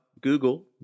Google